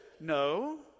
no